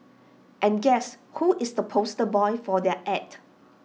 and guess who is the poster boy for their Ad